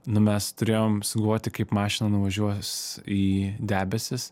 nu mes turėjom sugalvoti kaip mašina nuvažiuos į debesis